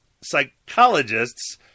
psychologists